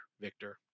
Victor